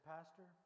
Pastor